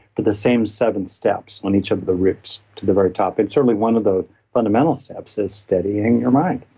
the the same seven steps on each of the routes to the very top. it's certainly one of the fundamental steps is steadying your mind,